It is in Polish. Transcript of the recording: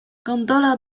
gondola